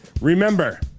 Remember